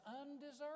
undeserved